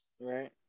Right